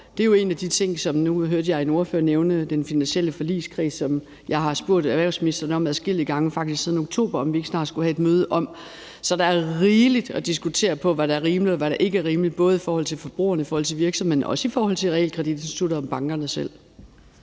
Det er jo en af de ting – og nu hørte jeg en ordfører nævne den finansielle forligskreds – som jeg har spurgt erhvervsministeren til adskillige gange, faktisk siden oktober, altså om vi ikke snart skulle have et møde om det. Så der er rigeligt at diskutere, i forhold til hvad der er rimeligt, og hvad der ikke er rimeligt, både i forhold til forbrugerne, i forhold til virksomhederne, men også i forhold til realkreditinstitutterne og bankerne selv.